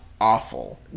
awful